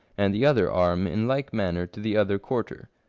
and the other arm in like manner to the other quarter,